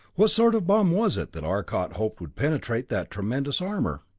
what sort of bomb was it that arcot hoped would penetrate that tremendous armor?